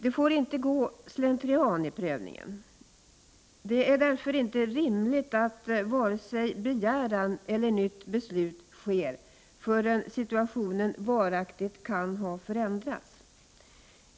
Det får inte gå slentrian i prövningen. Det är därför inte rimligt att vare sig begäran framförs eller nytt beslut fattas förrän situationen varaktigt kan ha förändrats.